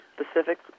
specific